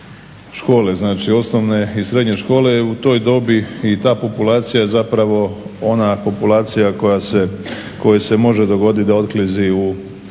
sustav. Znači osnovne i srednje škole u toj dobi i ta populacija je zapravo ona populacija kojoj se može dogoditi da otklizi u